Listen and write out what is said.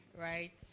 right